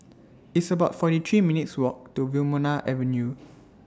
It's about forty three minutes' Walk to Wilmonar Avenue